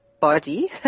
body